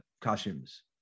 costumes